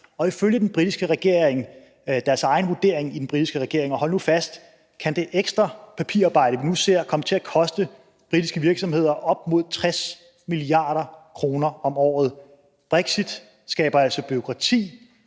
og ifølge den britiske regerings egen vurdering – og hold nu fast – kan det ekstra papirarbejde, vi nu ser, komme til at koste britiske virksomheder op mod 60 mia. kr. om året. Brexit skaber altså bureaukrati